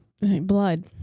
Blood